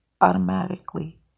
automatically